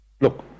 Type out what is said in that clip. Look